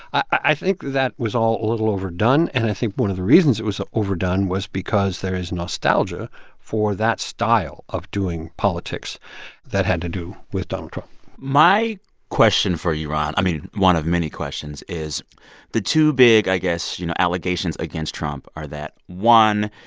i think that was all a little overdone. and i think one of the reasons it was overdone was because there is nostalgia for that style of doing politics that had to do with donald trump my question for you, ron i mean, one of many questions is the two big, i guess, you know, allegations against trump are that. one,